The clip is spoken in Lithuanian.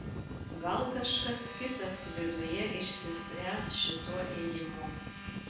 gal kažkas kitas viduje išsispręs šituo ėjimu